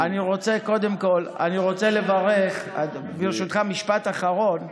קודם כול, אני רוצה לברך, ברשותך, משפט אחרון,